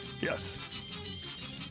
Yes